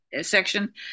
section